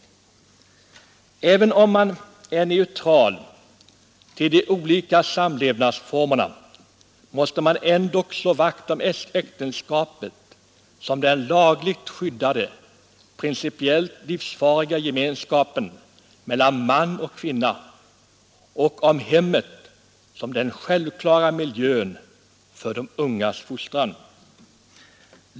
Även om man är neutral till olika samlevnadsformer, måste man ändock slå vakt om äktenskapet som den lagligt skyddade, principiellt livsvariga gemenskapen mellan man och kvinna och om hemmet som den självklara miljön för de ungas fostran.